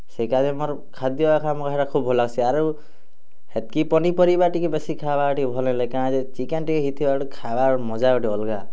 ସେକାଜେ ମୋର୍ ଖାଦ୍ୟ ଏଖା ମତେ ଖୋବ୍ ଭଲ୍ ଲାଗ୍ସି ଆରୁ ହେତ୍କି ପନିପରିବା ଟିକେ ବେଶୀ ଖାଇବାକେ ଟିକେ ଭଲ୍ ନାଇଁ ଲାଗେ କାଁଯେ ଚିକେନ୍ ଟିକେ ହେଇଥିବା ବେଲେ ଖାଇବା ବେଲେ ମଜା ଗୁଟେ ଅଲ୍ଗା